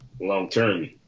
long-term